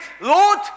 Lord